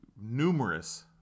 numerous